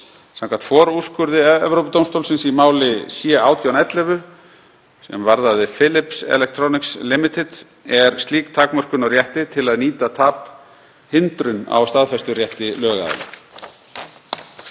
Samkvæmt forúrskurði Evrópudómstólsins í máli C-18/11, sem varðaði Philips Electronics Ltd., er slík takmörkun á rétti til að nýta tap hindrun á staðfesturétti lögaðila.